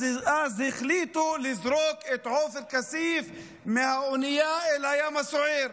אז החליטו לזרוק את עופר כסיף מהאונייה אל הים הסוער,